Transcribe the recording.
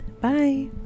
Bye